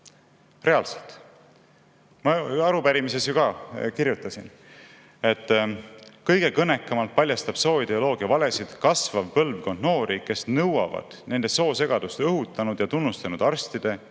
Reaalselt! Arupärimises ju ka kirjutasin, et kõige kõnekamalt paljastab sooideoloogia valesid kasvav põlvkond noori, kes nõuavad nende soosegadust õhutanud ja tunnustanud arstide